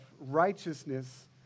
righteousness